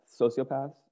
sociopaths